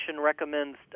recommends